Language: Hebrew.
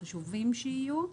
וחשוב שהם יהיו.